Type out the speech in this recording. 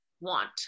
want